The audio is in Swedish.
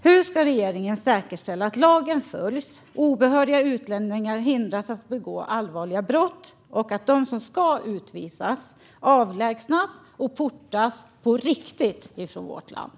Hur ska regeringen säkerställa att lagen följs, att obehöriga utlänningar hindras att begå allvarliga brott och att de som ska utvisas avlägsnas och portas på riktigt från vårt land?